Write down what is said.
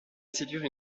séduire